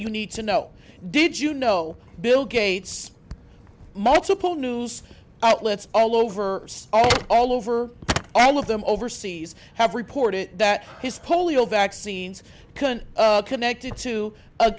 you need to know did you know bill gates multiple news outlets all over all over all of them overseas have reported that his polio vaccines can connected to